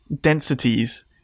densities